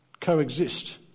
coexist